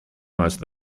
most